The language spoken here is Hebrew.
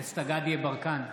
דסטה גדי יברקן,